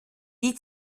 die